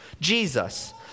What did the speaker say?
Jesus